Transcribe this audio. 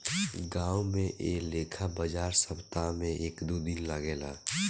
गांवो में ऐ लेखा बाजार सप्ताह में एक दू दिन लागेला